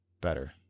better